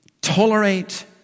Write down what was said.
tolerate